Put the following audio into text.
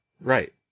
Right